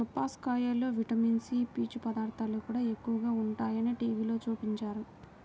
బొప్పాస్కాయలో vitamin C, పీచు పదార్థాలు కూడా ఎక్కువగా ఉంటయ్యని టీవీలో చూపించారు